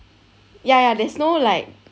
ya ya there is no like